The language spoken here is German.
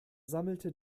sammelte